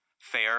fair